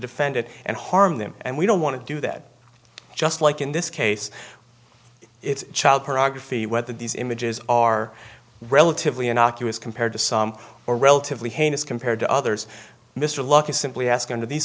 defendant and harm them and we don't want to do that just like in this case it's child pornography whether these images are relatively innocuous compared to some or relatively heinous compared to others mr lucky simply ask under these